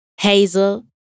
Hazel